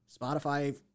Spotify